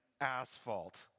asphalt